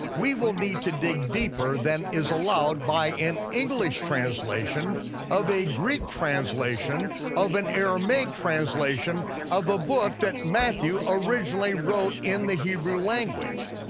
we will need to dig deeper than is allowed by an english translation of a greek translation of an aramaic translation of a book that matthew originally wrote in the hebrew language.